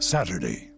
Saturday